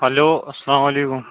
hello اَسَلام علیکُم